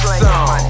song